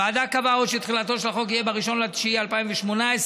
הוועדה קבעה שתחילתו של החוק יהיה ב-1 בספטמבר 2018,